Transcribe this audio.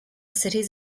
cities